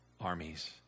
armies